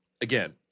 again